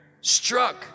struck